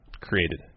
created